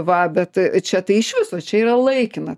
va bet čia tai iš viso čia yra laikinas